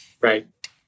Right